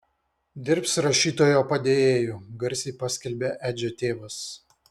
dirbs rašytojo padėjėju garsiai paskelbė edžio tėvas